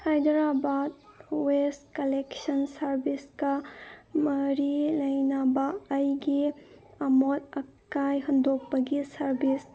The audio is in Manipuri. ꯍꯥꯏꯗꯔꯕꯥꯠ ꯋꯦꯁ ꯀꯜꯂꯦꯛꯁꯟ ꯁꯥꯔꯕꯤꯁꯀ ꯃꯔꯤ ꯂꯩꯅꯕ ꯑꯩꯒꯤ ꯑꯃꯣꯠ ꯑꯀꯥꯏ ꯍꯨꯟꯗꯣꯛꯄꯒꯤ ꯁꯥꯔꯕꯤꯁ